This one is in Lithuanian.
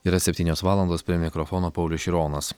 yra septynios valandos prie mikrofono paulius šironas